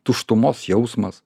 tuštumos jausmas